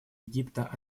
египта